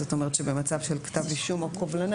זאת אומרת שבמצב של כתב אישום או קובלנה